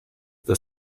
the